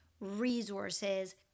resources